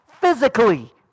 physically